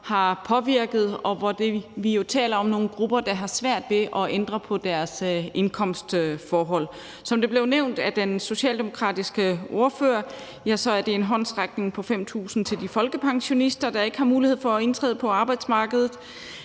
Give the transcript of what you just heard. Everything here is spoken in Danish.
på dagligvarer. Vi taler om nogle grupper, der har svært ved at ændre på deres indkomstforhold. Som det blev nævnt af den socialdemokratiske ordfører, drejer det sig om en håndsrækning på 5.000 kr. til de folkepensionister, der ikke har mulighed for at indtræde på arbejdsmarkedet,